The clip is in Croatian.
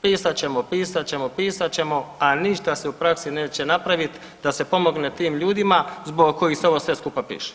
Pisat ćemo, pisat ćemo, pisat ćemo, a ništa se u praksi neće napraviti da se pomogne tim ljudima zbog koji se ovo sve skupa piše.